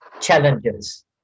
challenges